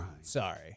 Sorry